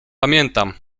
pamiętam